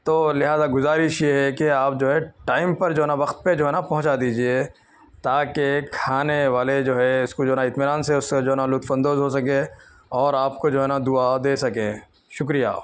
تو لہٰذا گزارش یہ ہے کہ آپ جو ہے ٹائم پر جو ہے نا وقت پہ جو ہے نا پہنچا دیجیے تاکہ کھانے والے جو ہے اس کو جو ہے نا اطمینان سے اس سے جو ہے نا لطف اندوز ہوسکیں اور آپ کو جو ہے نا دعا دے سکیں شکریہ